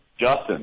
justin